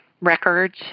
records